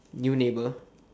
new neighbour